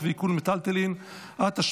אינו נוכח,